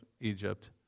Egypt